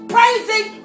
Praising